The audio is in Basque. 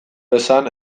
esan